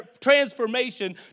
transformation